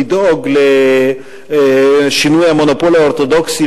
לדאוג לשינוי המונופול האורתודוקסי,